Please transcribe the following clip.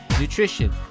nutrition